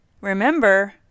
Remember